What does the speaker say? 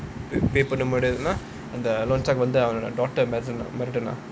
pay பண்ண முடிலேன்னா அந்த:panna mudilana antha loanshark வந்துட்டு:vanthutu daughter மட்டும் தான்:mattum thaan